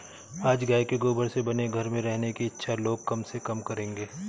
आज गाय के गोबर से बने घर में रहने की इच्छा लोग कम से कम करेंगे